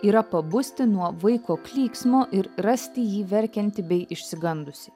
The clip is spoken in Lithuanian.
yra pabusti nuo vaiko klyksmo ir rasti jį verkiantį bei išsigandusį